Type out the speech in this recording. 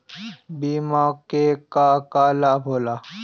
बिमा के का का लाभ होला?